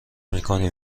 میکنی